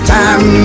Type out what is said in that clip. time